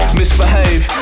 misbehave